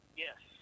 yes